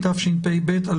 התשפ"ב-2021.